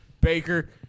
Baker